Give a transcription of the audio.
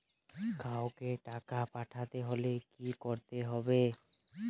কাওকে টাকা পাঠাতে হলে কি করতে হবে?